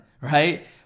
right